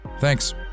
Thanks